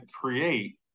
create